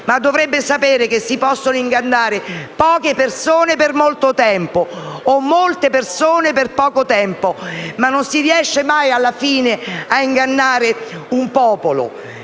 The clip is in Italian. Ma dovrebbe sapere che si possono ingannare poche persone per molto tempo o molte persone per poco tempo, ma non si riesce mai, alla fine, a ingannare un popolo.